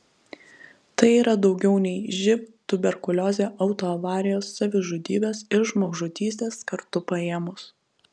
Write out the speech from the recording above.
tai yra daugiau nei živ tuberkuliozė autoavarijos savižudybės ir žmogžudystės kartu paėmus